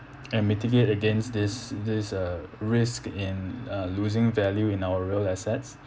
and mitigate against this this uh risk in uh losing value in our real assets